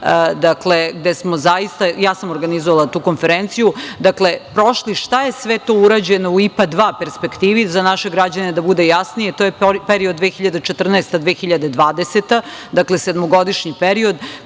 Varhelji, gde smo zaista, ja sam organizovala tu konferenciju, prošli šta je sve to urađeno u IPA II perspektivi, za naše građane da bude jasnije, to je period 2014-2020. godina, dakle, sedmogodišnji period,